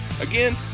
Again